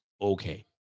Okay